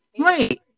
right